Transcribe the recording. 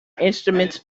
instruments